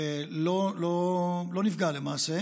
לא נפגע למעשה,